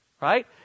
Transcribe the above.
Right